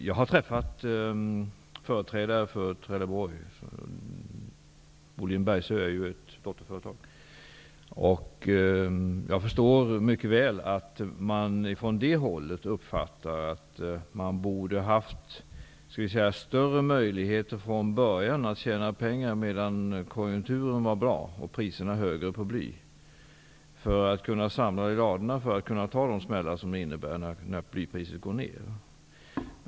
Jag har träffat företrädare för Trelleborg -- Boliden Bergsöe är ett dotterföretag -- och jag förstår mycket väl att man från det hållet anser att man borde ha haft större möjligheter från början att tjäna pengar medan konjunkturen var bra och priserna på bly var högre, så att man hade kunnat samla i ladorna och därmed ta de smällar som kommer när blypriset går ned.